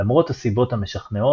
למרות הסיבות המשכנעות,